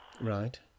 right